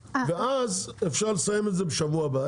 ואז אפשר לסיים את זה בשבוע הבא.